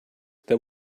that